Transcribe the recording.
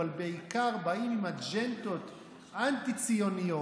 אבל בעיקר באים עם אג'נדות אנטי-ציוניות,